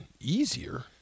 easier